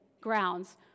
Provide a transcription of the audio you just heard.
grounds